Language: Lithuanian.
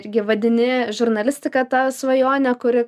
irgi vadini žurnalistika tą svajonę kuri